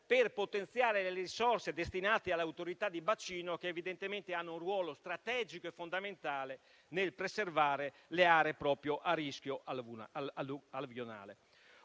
per potenziare le risorse destinate alle autorità di bacino, che evidentemente hanno un ruolo strategico e fondamentale nel preservare le aree a rischio alluvionale.